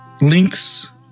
links